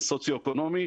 הסוציואקונומי,